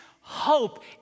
hope